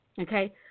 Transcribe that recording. Okay